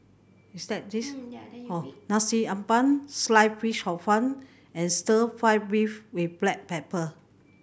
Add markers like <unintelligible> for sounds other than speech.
with that this <unintelligible> Nasi Ambeng Sliced Fish Hor Fun and Stir Fry beef with black pepper